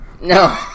No